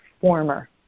former